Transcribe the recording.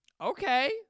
Okay